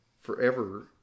forever